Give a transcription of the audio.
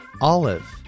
Olive